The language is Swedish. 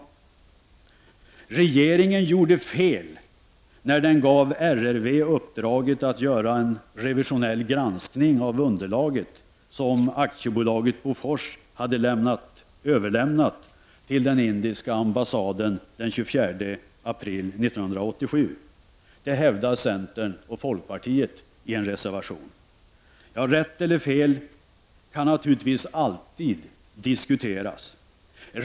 Centern och folkpartiet hävdar i en reservation att regeringen gjorde fel när den gav RRV uppdraget att göra en revisionell granskning av det underlag som AB Bofors hade överlämnat till den indiska ambassaden den 24 april 1987. Rätt eller fel kan naturligtvis alltid diskuteras.